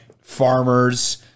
farmers